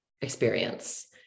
experience